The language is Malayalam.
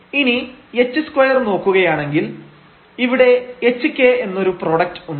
ഇനി h2 നോക്കുകയാണെങ്കിൽ ഇവിടെ hk എന്നൊരു പ്രൊഡക്ട് ഉണ്ട്